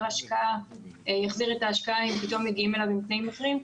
השקעה יחזיר את ההשקעה אם פתאום מגיעים אליו עם תנאים אחרים.